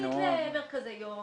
יחסית למרכזי יום.